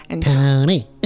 Tony